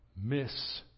miss